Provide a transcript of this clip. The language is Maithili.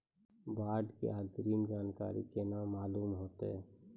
बाढ़ के अग्रिम जानकारी केना मालूम होइतै?